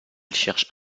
cherche